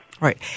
Right